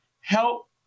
help